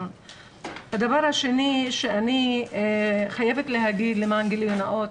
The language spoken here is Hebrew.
הדבר השני שאני חייבת להגיד למען הגילוי הנאות,